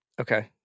Okay